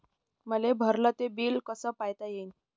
मले भरल ते बिल कस पायता येईन?